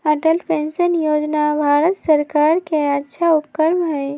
Atal pension योजना भारत सर्कार के अच्छा उपक्रम हई